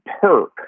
Perk